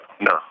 No